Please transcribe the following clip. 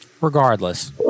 Regardless